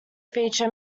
feature